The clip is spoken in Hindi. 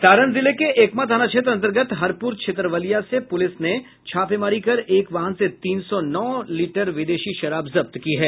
सारण जिले के एकमा थाना क्षेत्र अंतर्गत हरपुर छितरवलिया से पुलिस ने छापेमारी कर एक वाहन से तीन सौ नौ लीटर विदेशी शराब जब्त की है